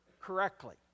correctly